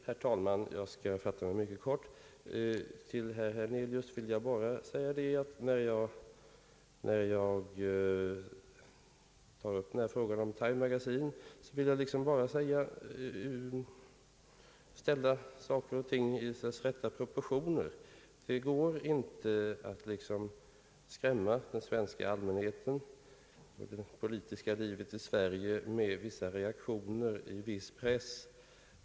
Herr talman! Jag skall fatta mig mycket kort. Till herr Hernelius vill jag säga, att när jag tog upp frågan om Time Magazine ville jag liksom bara ge saker och ting deras rätta proportioner. Det går inte att så att säga skrämma den svenska allmänheten och det politiska livet i Sverige med vissa reaktioner i viss press.